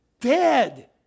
Dead